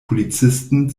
polizisten